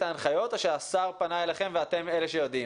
ההנחיות או שהשר פנה אליכם ואתם אלה שיודעים?